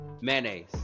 mayonnaise